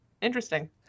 Interesting